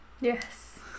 Yes